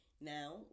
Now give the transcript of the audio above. now